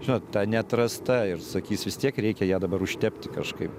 žinot ta neatrasta ir sakys vis tiek reikia ją dabar užtepti kažkaip